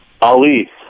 Ali